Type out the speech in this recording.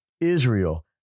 Israel